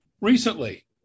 recently